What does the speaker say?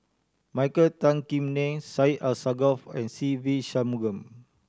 Michael Tan Kim Nei Syed Alsagoff and Se Ve Shanmugam